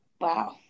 wow